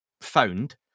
found